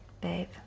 Babe